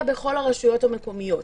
בכל הרשויות המקומיות.